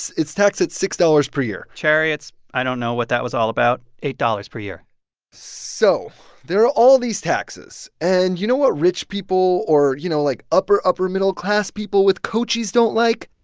it's taxed at six dollars per year chariots i don't know what that was all about eight dollars per year so there are all these taxes. and you know what rich people or, you know, like, upper-upper-middle-class people with coachees don't like?